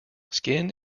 skin